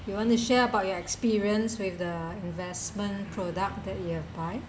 you want to share about your experience with the investment product that you have buy